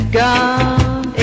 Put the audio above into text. gone